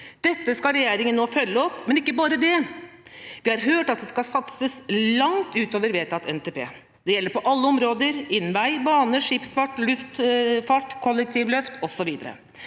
Dette skal regjeringa nå følge opp, men ikke bare det: Vi har hørt at det skal satses langt utover vedtatt NTP. Det gjelder på alle områder: innen vei, bane, skipsfart, luftfart, kollektivløft osv.